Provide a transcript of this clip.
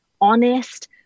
honest